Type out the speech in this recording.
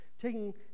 taking